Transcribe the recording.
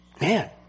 Man